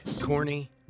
Corny